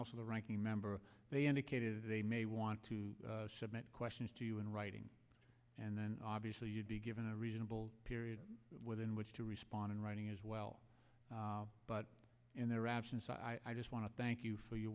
also the ranking member they indicated they may want to submit questions to you in writing and then obviously you'd be given a reasonable period within which to respond in writing as well but in their absence i just want to thank you for your